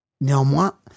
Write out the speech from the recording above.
Néanmoins